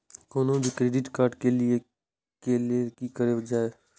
कोनो भी credit card लिए के लेल की करल जाय?